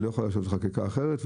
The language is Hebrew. היא לא יכולה לעשות בדרך אחרת,